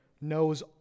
knows